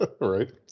Right